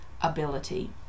ability